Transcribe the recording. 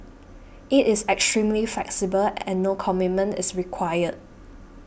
it is extremely flexible and no commitment is required